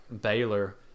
Baylor